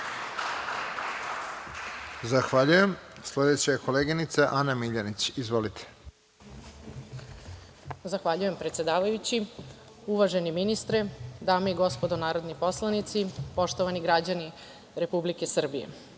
Zahvaljujem. Sledeća je koleginica Ana Miljanić. **Ana Miljanić** Zahvaljujem predsedavajući. Uvaženi ministre, dame i gospodo narodni poslanici, poštovani građani Republike Srbije,